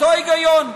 אותו היגיון.